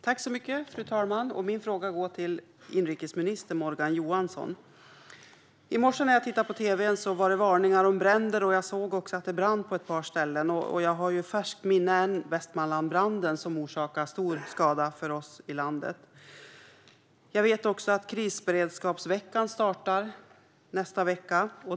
Fru talman! Min fråga går till inrikesminister Morgan Johansson. I morse när jag tittade på tv var det varningar om bränder. Jag såg också att det brann på ett par ställen. Jag har än i färskt minne Västmanlandsbranden, som orsakade stor skada för oss. Nästa vecka startar Krisberedskapsveckan.